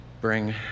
bring